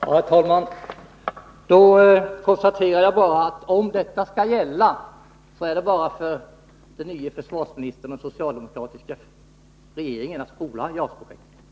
Herr talman! Då konstaterar jag att, om detta skall gälla, är det bara för den nye försvarsministern och den socialdemokratiska regeringen att spola JAS-projektet.